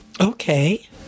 Okay